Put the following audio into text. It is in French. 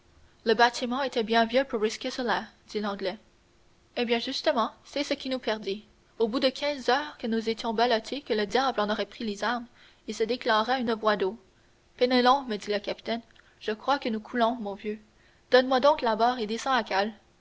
le bâtiment était bien vieux pour risquer cela dit l'anglais eh bien justement c'est ce qui nous perdit au bout de douze heures que nous étions ballottés que le diable en aurait pris les armes il se déclara une voie d'eau penelon me dit le capitaine je crois que nous coulons mon vieux donne-moi donc la barre et descends à